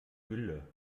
gülle